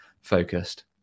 focused